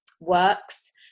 works